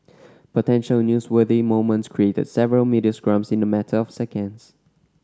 potential newsworthy moments created several media scrums in a matter of seconds